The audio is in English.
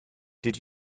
did